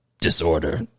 disorder